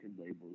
labels